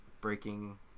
breaking